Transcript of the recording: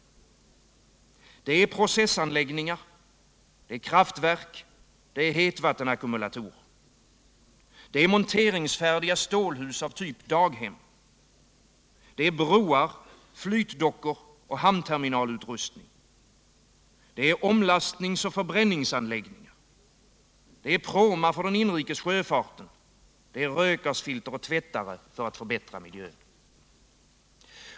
Det är processanläggningar, kraftverk och hetvattensackumulatorer. Det är monteringsfärdiga stålhus av typ daghem. Det är broar, flytdockor och hamnterminalsutrustning. Det är omlastningsoch förbränningsanläggningar. Det är pråmar för den inrikes sjöfarten, rökgasfilter och tvättare för att förbättra miljön.